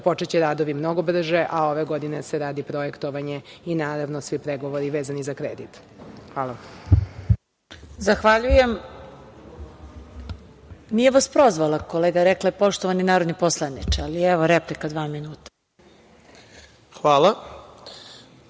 počeće radovi mnogo brže, a ove godine se radi projektovanje i naravno svi pregovori vezani za kredit. Hvala. **Marija Jevđić** Zahvaljujem. Nije vas prozvala, kolega. Rekla je - poštovani narodni poslaniče, ali evo, replika dva minuta. **Samir